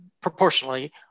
proportionally